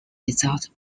without